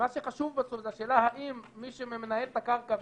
מה שחשוב בסוף זו השאלה האם מי שמנהל את הקרקע,